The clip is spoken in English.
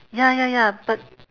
ya ya ya but